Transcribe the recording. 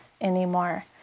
anymore